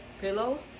pillows